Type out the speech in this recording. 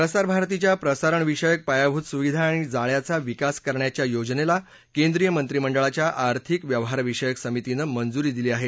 प्रसार भारतीच्या प्रसारणविषयक पायाभूत सुविधा आणि जाळ्याचा विकास करण्याच्या योजनेला केंद्रीय मंत्रिमंडळाच्या आर्थिक व्यवहारविषयक समितीनं मंजुरी दिली आहे